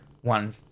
one